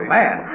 man